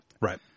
Right